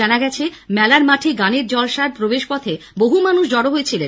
জানা গেছে মেলার মাঠে গানের জলসায় প্রবেশপথে বহু মানুষ জড়ো হয়েছিলেন